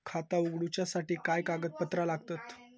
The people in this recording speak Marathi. खाता उगडूच्यासाठी काय कागदपत्रा लागतत?